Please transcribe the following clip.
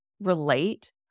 relate